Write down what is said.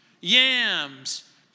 Yams